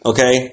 Okay